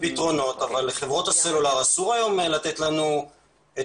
פתרונות אבל לחברות הסלולר אסור היום לתת לנו את